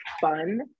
fun